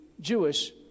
Jewish